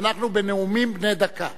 לחברי הכנסת שאנחנו בנאומים בני דקה.